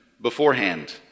beforehand